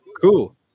cool